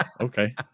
okay